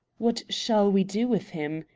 what shall we do with him?